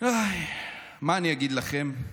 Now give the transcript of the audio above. מה אני אגיד לכם,